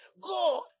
God